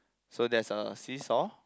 so there's a seesaw